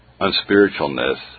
unspiritualness